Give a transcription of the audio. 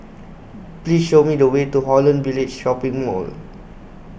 Please Show Me The Way to Holland Village Shopping Mall